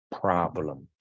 problems